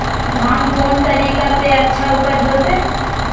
धान कोन तरीका से अच्छा उपज होते?